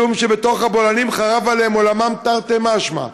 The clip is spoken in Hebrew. משום שבתוך הבולענים חרב עליהם עולמם, תרתי משמע,